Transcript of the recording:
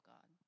God